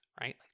right